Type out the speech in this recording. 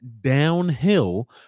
downhill